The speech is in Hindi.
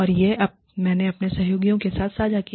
और यह मैंने अपने सहयोगियों के साथ साझा किया